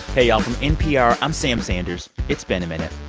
hey, y'all. from npr, i'm sam sanders. it's been a minute.